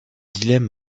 dilemme